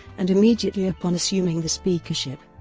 and immediately upon assuming the speakership,